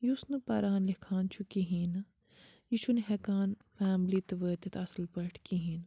یُس نہٕ پَران لیٚکھان چھُ کِہیٖنۍ نہٕ یہِ چھُنہٕ ہیٚکان فیملی تہِ وٲتِتھ اصٕل پٲٹھۍ کِہیٖنۍ